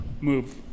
move